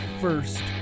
first